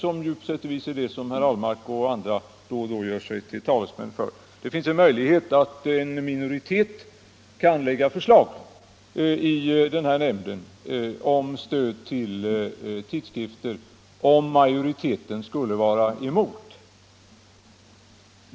Sådana garantier är ju på sätt och vis vad herr Ahlmark och andra då och då gör sig till talesmän för. Det finns en möjlighet att en minoritet kan väcka förslag i denna nämnd om stöd till tidskrifter, om majoriteten skulle vara emot.